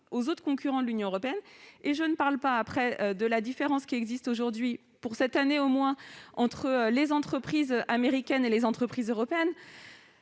de nos concurrents de l'Union européenne. Et je ne parle pas de la différence, pour cette année au moins, entre les entreprises américaines et les entreprises européennes